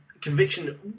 Conviction